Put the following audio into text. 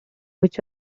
which